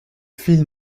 file